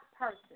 person